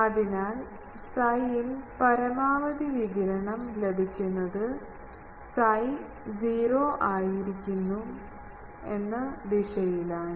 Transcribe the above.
അതിനാൽ psi യിൽ പരമാവധി വികിരണം ലഭിക്കുന്നത് psi 0 ആയിരിക്കുന്നു ഇന്ന് ദിശയിലാണ്